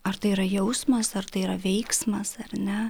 ar tai yra jausmas ar tai yra veiksmas ar ne